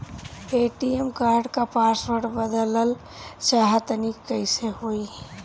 ATM card क password बदलल चाहा तानि कइसे होई?